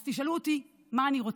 אז תשאלו אותי מה אני רוצה,